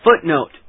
Footnote